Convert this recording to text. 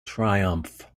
triumph